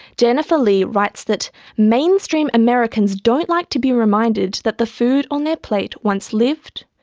jennifer lee writes that mainstream americans don't like to be reminded that the food on their plate once lived,